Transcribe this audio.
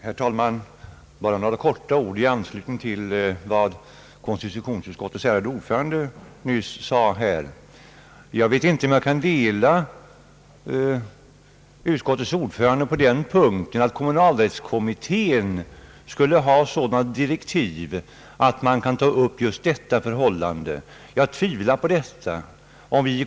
Herr talman! Bara några ord i anslutning till vad utskottets ärade ordförande nyss sade. Jag vet inte om jag kan dela hans mening på den punkten att kommunalrättskommittén skulle ha sådana direktiv att den kan ta upp just detta förhållande till prövning; jag tvivlar på det.